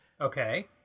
Okay